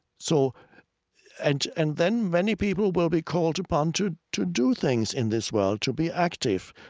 so and and then many people will be called upon to to do things in this world, to be active.